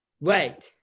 Right